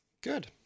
Good